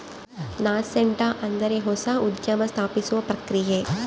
nascent ಅಂದ್ರೆ ಹೊಸ ಉದ್ಯಮ ಸ್ಥಾಪಿಸುವ ಪ್ರಕ್ರಿಯೆ